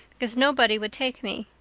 because nobody would take me.